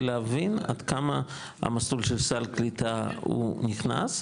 להבין עד כמה המסלול של סל הקליטה נכנס.